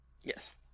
Yes